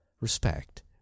respect